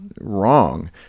wrong